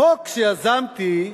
החוק שיזמתי,